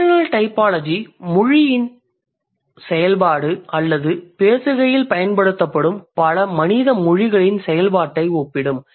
functional typology முதன்மையாக மொழியின் செயல்பாடு அல்லது பேசுகையில் பயன்படுத்தப்படும் பல மனித மொழிகளின் செயல்பாட்டை ஒப்பிடும்